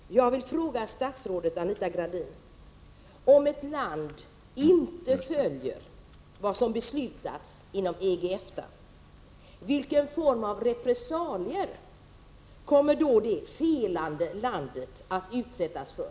Herr talman! Jag vill fråga statsrådet Anita Gradin vad som händer om ett land inte följer de beslut som har fattats inom EG och EFTA. Vilka former av repressalier kommer det felande landet att utsättas för?